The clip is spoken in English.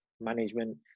management